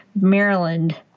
Maryland